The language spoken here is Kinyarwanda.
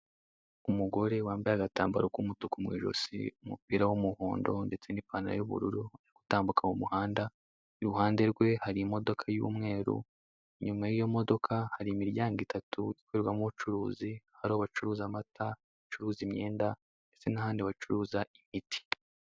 Umugore wambaye agatambaro k'umutuku mu ijosi, umupira w'umuhondo ndetse n'ipantalo y'ubururu utambuka mu muhanda, iruhande rwe hari imodoka y'umweru, inyuma y'iyo modoka hari imiryango itatu ikorerwamo ubucuruzi hari aho bacuruza amata, bacuruza imyenda ndetse n'ahandi bacuruza imiti.